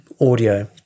Audio